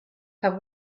have